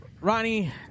Ronnie